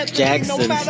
jackson